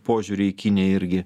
požiūrį į kiniją irgi